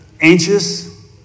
anxious